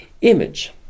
image